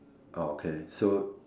okay so